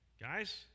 Guys